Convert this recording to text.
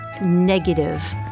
negative